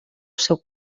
seu